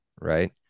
right